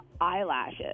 eyelashes